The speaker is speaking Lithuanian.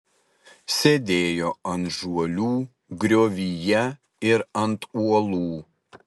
sėdėjo ant žuolių griovyje ir ant uolų